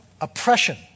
oppression